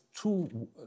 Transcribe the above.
two